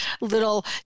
little